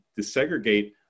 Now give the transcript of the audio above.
desegregate